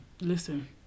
Listen